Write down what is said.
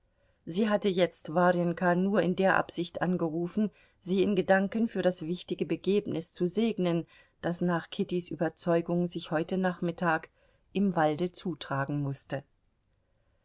sie hatte jetzt warjenka nur in der absicht angerufen sie in gedanken für das wichtige begebnis zu segnen das nach kittys überzeugung sich heute nachmittag im walde zutragen mußte